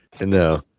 No